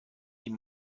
die